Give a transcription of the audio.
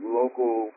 local